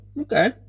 okay